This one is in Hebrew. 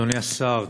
אדוני השר,